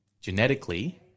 genetically